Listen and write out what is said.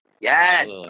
Yes